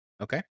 Okay